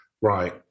right